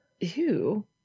Ew